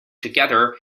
together